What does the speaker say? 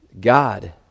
God